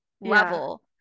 level